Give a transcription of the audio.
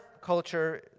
culture